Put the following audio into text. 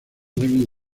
deben